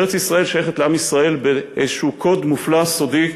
ארץ-ישראל שייכת לעם ישראל באיזה קוד מופלא, סודי,